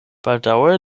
baldaŭe